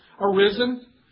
arisen